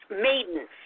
maiden